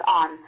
on